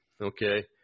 okay